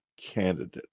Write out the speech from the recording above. candidate